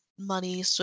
money